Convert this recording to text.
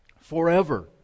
forever